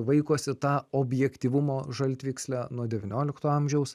vaikosi tą objektyvumo žaltvykslę nuo devyniolikto amžiaus